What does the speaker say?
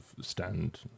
stand